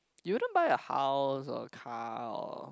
you wouldn't buy a house or a car or